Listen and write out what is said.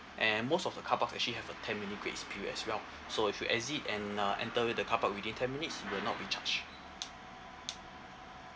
and most of the carpark actually have a ten minute grace period as well so if you exit and uh enter the carpark within ten minutes you will not be charged